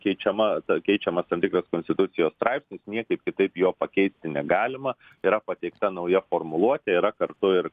keičiama ta keičiamas tam tikras konstitucijos straipsnis niekaip kitaip jo pakeisti negalima yra pateikta nauja formuluotė yra kartu ir